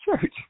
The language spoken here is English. church